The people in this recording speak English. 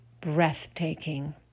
breathtaking